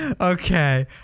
Okay